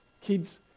Kids